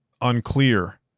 unclear